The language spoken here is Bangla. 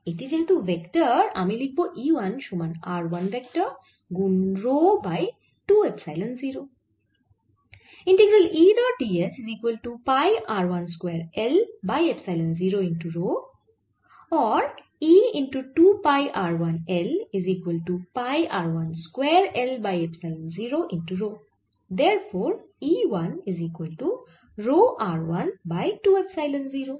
এটি যেহেতু ভেক্টর আমি লিখব E 1 সমান r 1 ভেক্টর গুন রো বাই 2 এপসাইলন 0